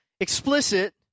explicit